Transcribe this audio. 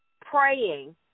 Praying